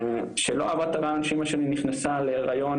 שלא אהבה את הרעיון שאמא שלי נכנסה להריון